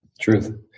Truth